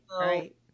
right